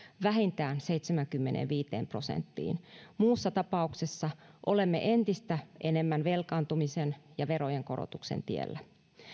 vähintään seitsemäänkymmeneenviiteen prosenttiin muussa tapauksessa olemme entistä enemmän velkaantumisen ja verojen korotuksen tiellä